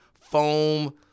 foam